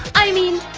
i mean,